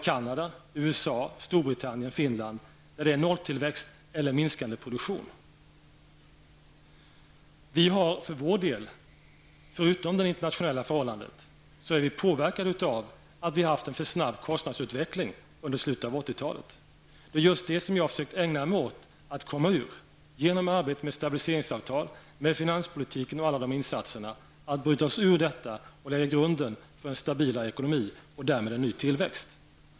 Canada, USA, Storbritannien och Finland har nolltillväxt eller minskande produktion. Vi är påverkade av, förutom det internationella förhållandet, att vi har haft en för snabb kostnadsutveckling under slutet av 80-talet. Jag har genom arbetet med stabiliseringsavtalet och finanspolitiken och alla insatser i samband med den försökt ägna mig åt att vi skall komma ur detta och lägga grunden till en stabilare ekonomi och därmed en ny tillväxt.